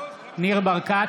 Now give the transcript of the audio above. ברקת,